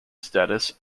status